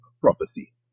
prophecy